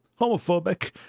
homophobic